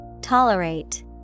Tolerate